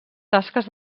tasques